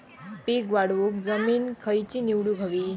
पीक वाढवूक जमीन खैची निवडुक हवी?